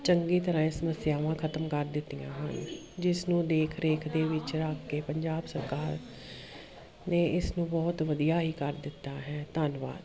ਚੰਗੀ ਤਰ੍ਹਾਂ ਇਹ ਸਮੱਸਿਆਵਾਂ ਖਤਮ ਕਰ ਦਿੱਤੀਆਂ ਹਨ ਜਿਸ ਨੂੰ ਦੇਖ ਰੇਖ ਦੇ ਵਿੱਚ ਰੱਖ ਕੇ ਪੰਜਾਬ ਸਰਕਾਰ ਨੇ ਇਸ ਨੂੰ ਬਹੁਤ ਵਧੀਆ ਹੀ ਕਰ ਦਿੱਤਾ ਹੈ ਧੰਨਵਾਦ